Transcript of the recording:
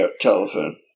telephone